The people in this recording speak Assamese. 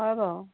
হয় বাৰু